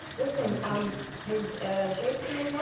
listen, um has jace come in yet?